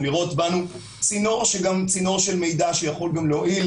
לראות בנו צינור של מידע שיכול גם להועיל